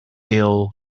ill